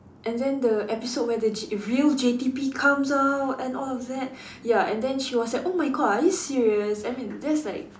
and then the episode where the J real J_T_P comes out and all of that ya and then she was like oh my god are you serious I mean that's like